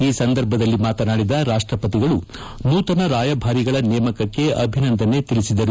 ಈ ಸಂದರ್ಭದಲ್ಲಿ ಮಾತನಾಡಿದ ರಾಷ್ರ್ವತಿಗಳು ನೂತನ ರಾಯಭಾರಿಗಳ ನೇಮಕಕ್ಕೆ ಅಭಿನಂದನೆ ತಿಳಿಸಿದಿರು